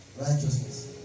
righteousness